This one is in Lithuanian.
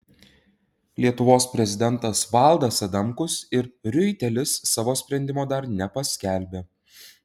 lietuvos prezidentas valdas adamkus ir riuitelis savo sprendimo dar nepaskelbė